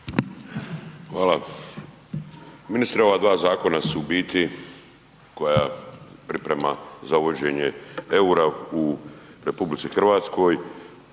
Hvala. Ministre ova dva zakona su u biti koja priprema za uvođenje EUR-a u RH. Činjenica je